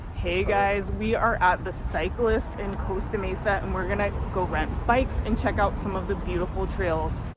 hey guys we are at the cyclist in costa mesa and we're gonna go rent bikes and check out some of the beautiful trails